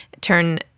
turn